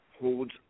holds